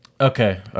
okay